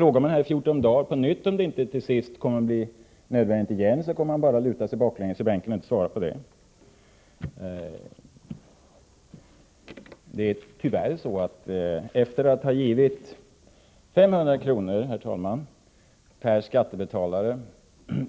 Frågar man efter 14 dagar på nytt om detta inte till sist kommer att bli nödvändigt, kommer han bara att återigen luta sig bakåt i bänken och inte svara på det. Herr talman! Efter att det givits 500 kr. per skattebetalare